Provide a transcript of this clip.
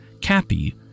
Cappy